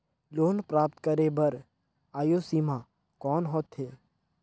Loan प्राप्त करे बर आयु सीमा कौन होथे?